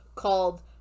Called